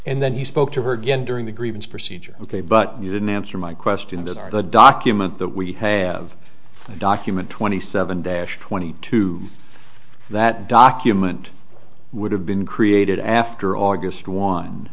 and then he spoke to her again during the grievance procedure ok but you didn't answer my question is are the documents that we have the document twenty seven dash twenty two that document would have been created after august